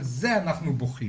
על זה אנחנו בוכים.